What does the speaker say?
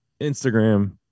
Instagram